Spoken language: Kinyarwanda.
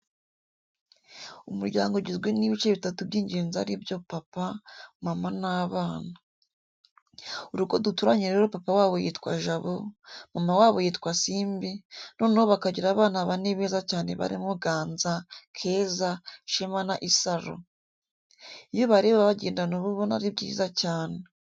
Umuryango ugizwe n'ibice bitatu by'ingenzi ari byo: papa, mama n'abana. Urugo duturanye rero papa wabo yitwa Jabo, mama wabo yitwa Simbi, noneho bakagira abana bane beza cyane barimo Ganza, keza, Shema na Isaro. Iyo ubareba bagendana uba ubona ari byiza cyane.